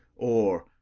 or,